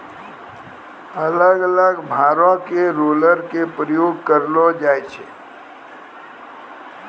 अलग अलग भारो के रोलर के प्रयोग करलो जाय छै